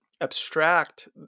abstract